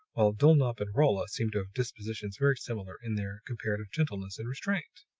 while dulnop and rolla seemed to have dispositions very similar in their comparative gentleness and restraint.